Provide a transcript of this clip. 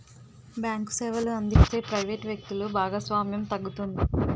bank సేవలు అందిస్తే private వ్యక్తులు భాగస్వామ్యం తగ్గుతుంది